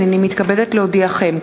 הנני מתכבדת להודיעכם,